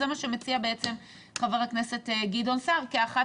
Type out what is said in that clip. זה מה שמציע חבר הכנסת גדעון סער כאחת